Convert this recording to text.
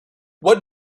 what